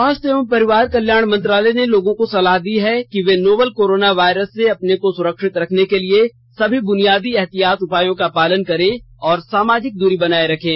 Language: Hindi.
स्वास्थ्य और परिवार कल्याण मंत्रालय ने लोगों को सलाह दी है कि ये नोवल कोरोना वायरस से अपने को सुरक्षित रखने के लिए सभी बुनियादी एहतियाती उपायों का पालन करें और सामाजिक दूरी बनाए रखें